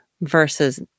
versus